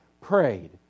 prayed